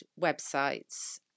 websites